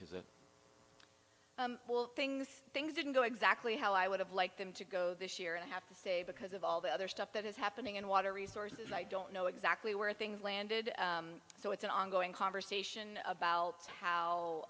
of things things didn't go exactly how i would have liked them to go this year and i have to say because of all the other stuff that is happening and water resources i don't know exactly where things landed so it's an ongoing conversation about how